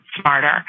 smarter